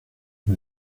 und